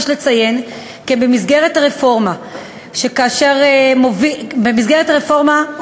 יש לציין כי במסגרת הרפורמה שמוביל משרד